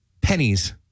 pennies